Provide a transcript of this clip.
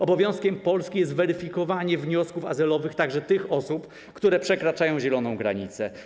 Obowiązkiem Polski jest zweryfikowanie wniosków azylowych także tych osób, które przekraczają zieloną granicę.